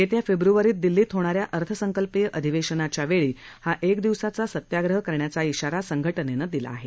येत्या फेब्रुवारीत दिल्लीत होणाऱ्या अर्थसंकल्पीय अधिवेशनाच्या वेळी हा एकदिवसाचा सत्याग्रह करण्याचा इशारा संघटनेनं दिला आहे